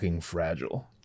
fragile